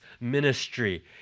ministry